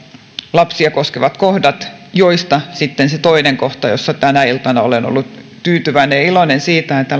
lapsia koskevat kohdat joista sitten se toinen kohta josta tänä iltana olen ollut tyytyväinen ja iloinen on se että